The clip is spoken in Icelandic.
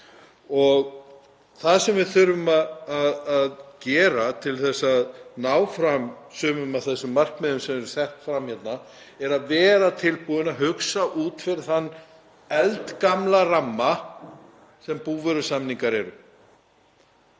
Það sem við þurfum að gera til að ná fram sumum af þessum markmiðum sem eru sett fram hérna er að vera tilbúin að hugsa út fyrir þann eldgamla ramma sem búvörusamningar eru.